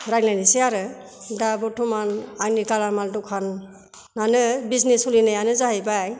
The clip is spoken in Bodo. रायज्लायनोसै आरो दा बरथमान आंनि गालामाल दखान मानो बिजिनेस सोलिनायानो जाहैबाय